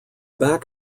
back